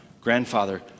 grandfather